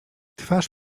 twarz